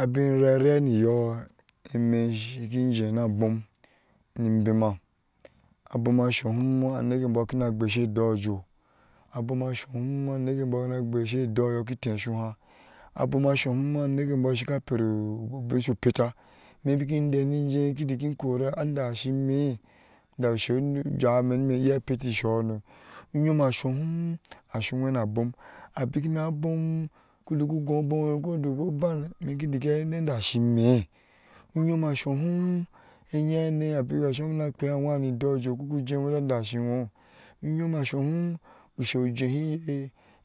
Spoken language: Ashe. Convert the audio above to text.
Abiŋ rare niyo eme shinki jɛe na bom ni imbena, abom a shohum anekeboo kina gbeshaadɔɔ aiɔɔ, abom a shahum anekek embɔɔ kina gbesa edɔɔ yo shiki tɛe sho had abom a shohum peta, ime in baki dɛɛ ni mjɛɛ ikin daki in kora da shi mɛɛ da ushe u tewi ime nima iya peti i sohono uyom ashohum ashu jwena abom abikina abom ku duku gɔɔ obom ywɛ we duko ban kin dike hati anda ashi ime unyom ashohum, enyehane. abika shomma kpea a jwa ni idɔɔ aiɔɔ suku ijɛɛ heti anda ashi ŋo, unyom ashahum ushe ujɛɛhi